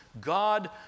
God